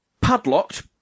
Padlocked